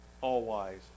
all-wise